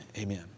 amen